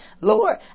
lord